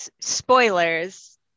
spoilers